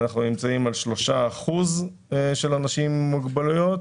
אנחנו נמצאים על 3 אחוזים של אנשים עם מוגבלויות